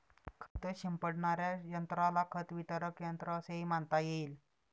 खत शिंपडणाऱ्या यंत्राला खत वितरक यंत्र असेही म्हणता येईल